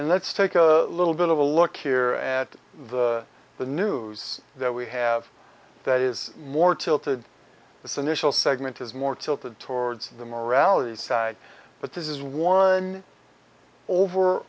and let's take a little bit of a look here at the news that we have that is more tilted this initial segment is more tilted towards the morality side but this is one over